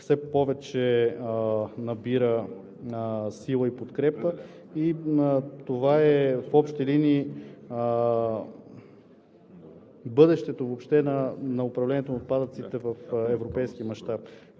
все повече набира сила и подкрепа. В общи линии това е бъдещето въобще на управлението на отпадъците в европейски мащаб.